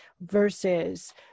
versus